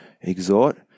exhort